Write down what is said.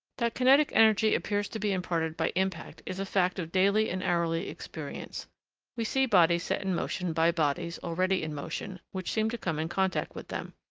that kinetic energy appears to be imparted by impact is a fact of daily and hourly experience we see bodies set in motion by bodies, already in motion, which seem to come in contact with them.